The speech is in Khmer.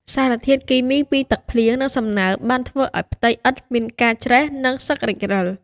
សារធាតុគីមីពីទឹកភ្លៀង និងសំណើមបានធ្វើឱ្យផ្ទៃឥដ្ឋមានការច្រេះ និងសឹករិចរិល។